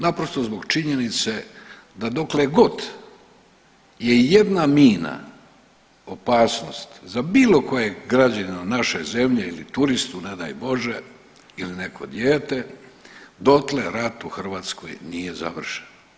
Naprosto zbog činjenice da dokle god je i jedna mina opasnost za bilo kojeg građanina naše zemlje ili turistu ne daj Bože ili neko dijete dotle rat u Hrvatskoj nije završen.